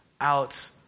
out